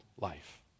life